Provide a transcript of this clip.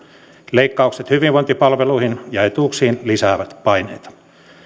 leikkaukset hyvinvointipalveluihin ja etuuksiin lisäävät paineita